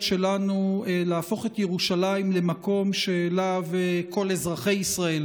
שלנו להפוך את ירושלים למקום שאליו כל אזרחי ישראל